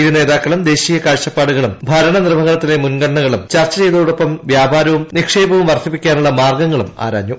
ഇരു നേതാക്കളും ദേശീയ കാഴ്ചപ്പാടുകളും ഭരണ നിർവഹണത്തിലെ മുൻഗണനകളും ചർച്ച ചെയ്തതോടൊപ്പം വ്യാപാരവും നിക്ഷേപവും വർദ്ധിപ്പിക്കാനുള്ള മാർഗങ്ങളും ആരാഞ്ഞു